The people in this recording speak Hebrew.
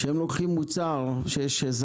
כשהם לוקחים מוצר שיש עליו מדבקה,